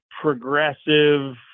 progressive